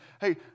hey